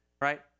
right